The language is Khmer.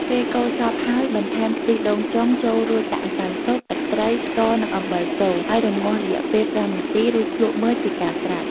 ពេលកូរសព្វហើយបន្ថែមខ្ទិះចុងចូលរួចដាក់ម្សៅស៊ុប ទឹកត្រី ស្ករនិងអំបិលចូល ហើយរម្ងាស់រយៈពេល៥នាទីរួចភ្លក្សមើលជាការស្រេច។